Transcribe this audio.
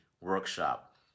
workshop